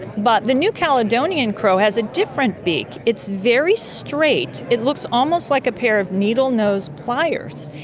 but the new caledonian crow has a different beak. it's very straight, it looks almost like a pair of needle-nosed pliers.